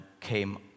came